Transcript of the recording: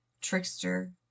trickster